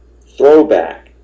throwback